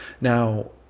Now